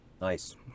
Nice